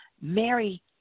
Mary